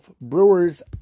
Brewers